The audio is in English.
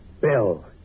Bill